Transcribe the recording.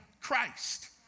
Christ